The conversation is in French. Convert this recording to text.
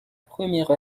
première